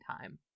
time